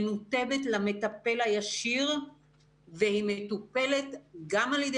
מנותבת למטפל הישיר והיא מטופלת גם על ידי